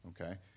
okay